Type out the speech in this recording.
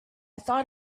thought